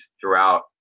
throughout